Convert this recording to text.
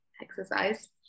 exercise